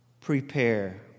Prepare